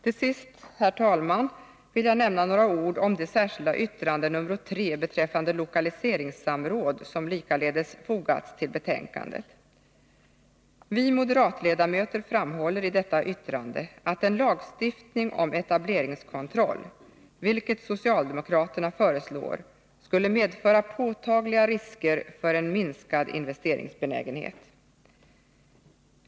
Till sist, herr talman, vill jag nämna några ord om det särskilda yttrande nr 3 beträffande lokaliseringssamråd som likaledes fogats till betänkandet. Vi moderatledamöter framhåller i detta yttrande att en lagstiftning om etableringskontroll, vilket socialdemokraterna föreslår, skulle medföra påtagliga risker för en minskad investeringsbenägenhet.